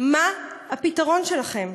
מה הפתרון שלכם?